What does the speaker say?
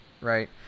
right